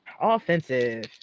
Offensive